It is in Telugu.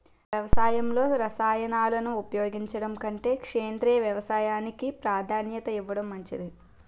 వ్యవసాయంలో రసాయనాలను ఉపయోగించడం కంటే సేంద్రియ వ్యవసాయానికి ప్రాధాన్యత ఇవ్వడం మంచిది